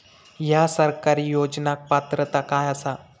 हया सरकारी योजनाक पात्रता काय आसा?